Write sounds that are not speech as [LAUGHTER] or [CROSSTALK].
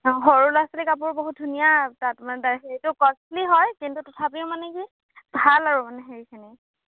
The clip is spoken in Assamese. অঁ সৰু ল'ৰা ছোৱালী কাপোৰ বহুত ধুনীয়া তাত মানে [UNINTELLIGIBLE] হেৰিটো কষ্টলি হয় কিন্তু তথাপিও মানে কি ভাল আৰু মানে হেৰিখিনি